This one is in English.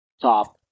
top